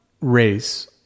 race